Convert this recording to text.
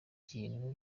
ikintu